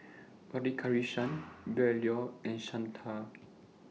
Radhakrishnan Bellur and Santha